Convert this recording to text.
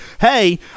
hey